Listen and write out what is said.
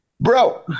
Bro